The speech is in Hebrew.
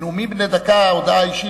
בנאומים בני דקה הודעה אישית,